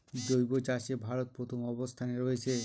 জৈব চাষে ভারত প্রথম অবস্থানে রয়েছে